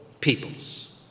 peoples